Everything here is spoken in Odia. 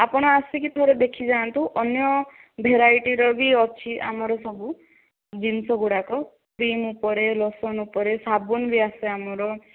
ଆପଣ ଆସିକି ଥରେ ଦେଖିଯାନ୍ତୁ ଅନ୍ୟ ଭେରାଇଟିର ବି ଅଛି ଆମର ସବୁ ଜିନିଷ ଗୁଡ଼ାକ କ୍ରିମ ଉପରେ ଲୋସନ ଉପରେ ସାବୁନ ବି ଆସେ ଆମର